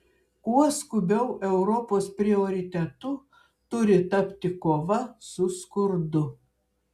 kuo skubiau europos prioritetu turi tapti kova su skurdu